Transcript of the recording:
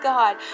God